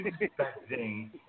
expecting